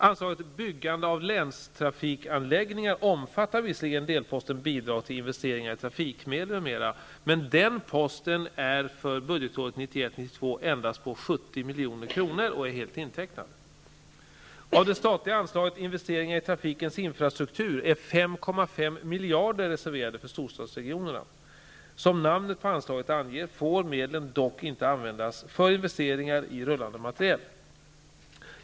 Anslaget Byggande av länstrafikanläggningar omfattar visserligen delposten Bidrag till investeringar i trafikmedel m.m., men den posten är för budgetåret 1991/92 endast på 70 milj.kr. och är helt intecknad. Av det statliga anslaget Investeringar i trafikens infrastruktur är 5,5 miljarder reserverade för storstadsregionerna. Som namnet på anslaget anger får medlen dock inte användas för investeringar i rullande materiel.